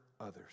others